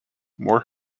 more